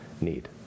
need